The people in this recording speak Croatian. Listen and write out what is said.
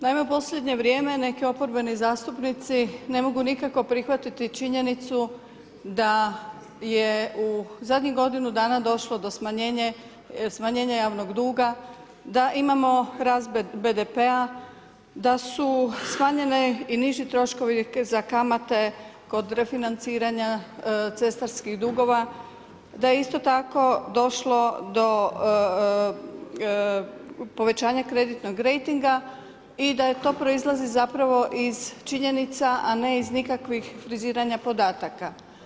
Naime, u posljednje vrijeme neki oporbeni zastupnici ne mogu nikako prihvatiti činjenicu da je u zadnjih godinu dana došlo do smanjenja javnog duga, da imamo rast BDP-a, da su smanjeni i niži troškovi za kamate kod refinanciranja cestarskih dugova, da je isto tako došlo do povećanja kreditnog rejtinga i da to proizlazi zapravo iz činjenica, a ne iz nikakvih friziranja podataka.